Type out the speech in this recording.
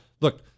Look